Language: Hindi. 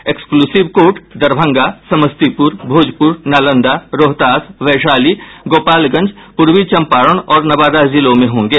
एक्सक्लूसिव कोर्ट दरभंगा समस्तीपुर भोजपुर नालंदा रोहतास वैशाली गोपालगंज पूर्वी चंपारण और नवादा जिले में होंगे